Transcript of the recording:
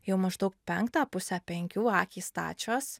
jau maždaug penktą pusę penkių akys stačios